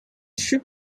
ship